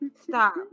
Stop